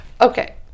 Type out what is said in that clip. Okay